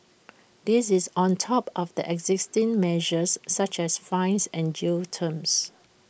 this is on top of existing measures such as fines and jail terms